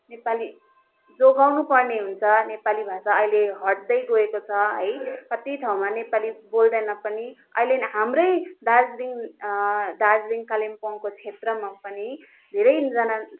नेपाली जोगाउनु पर्ने हुन्छ नेपाली भाषा अहिले हट्दै गएको छ है कति ठाउँमा नेपाली बोल्दैन पनि अहिले हाम्रै दार्जिलिङ दार्जिलिङ कालेम्पोङको क्षेत्रमा पनि धेरैजना